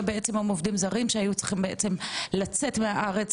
בעצם עם עובדים זרים שהיו צריכים לצאת מהארץ,